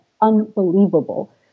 unbelievable